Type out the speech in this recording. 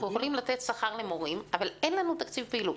אנחנו יכולים לתת שכר למורים אבל אין לנו תקציב פעילות.